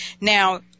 Now